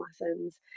lessons